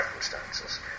circumstances